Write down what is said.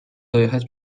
dojechać